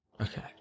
Okay